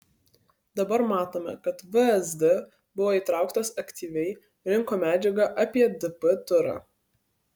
dabar matome kad vsd buvo įtrauktas aktyviai rinko medžiagą apie dp turą